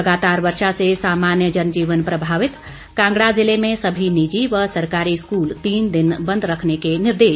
लगातार वर्षा से सामान्य जनजीवन प्रभावित कांगड़ा ज़िले में सभी निजी व सरकारी स्कूल तीन दिन बंद रखने के निर्देश